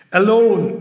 alone